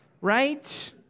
right